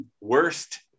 Worst